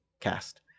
cast